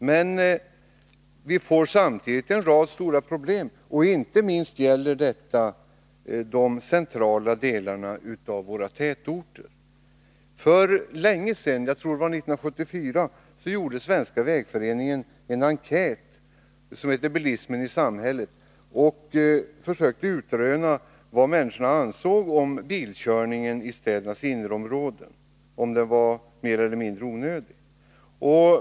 Men vi får samtidigt en rad stora problem, inte minst i de centrala delarna av våra tätorter. För länge «sedan, jag tror att det var 1974, gjorde Svenska vägföreningen en enkät, som hette Bilismen i samhället. Man försökte utröna vad människorna ansåg om bilkörning i städernas inre områden, om den var mer eller mindre onödig.